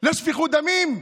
לשפיכות דמים?